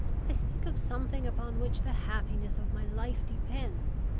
i speak of something upon which the happiness of my life depends.